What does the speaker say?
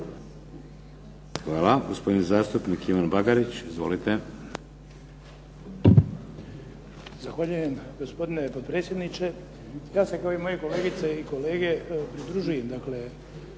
Hvala. Gospodin zastupnik Ivan Bagarić. Izvolite. **Bagarić, Ivan (HDZ)** Zahvaljujem gospodine potpredsjedniče. Ja sam kao i moje kolegice i kolege pridružujem